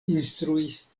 instruis